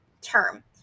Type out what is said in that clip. term